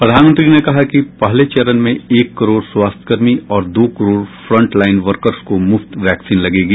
प्रधानमंत्री ने कहा कि पहले चरण में एक करोड़ स्वास्थ्यकर्मी और दो करोड़ फ्रंटलाइन वर्कर्स को मुफ्त वैक्सीन लगेगी